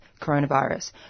coronavirus